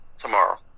tomorrow